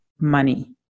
money